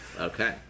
Okay